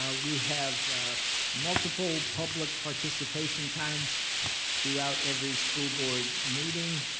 ah we have multiple public participation times throughout every school board meeting.